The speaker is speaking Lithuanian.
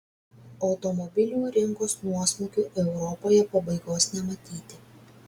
automobilių rinkos nuosmukiui europoje pabaigos nematyti